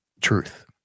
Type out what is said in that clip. truth